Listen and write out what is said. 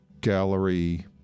gallery